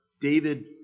David